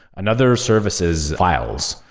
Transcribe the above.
another service is files.